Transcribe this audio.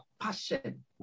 passion